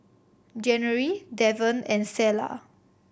January Devan and Selah